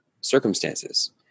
circumstances